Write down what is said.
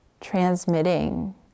transmitting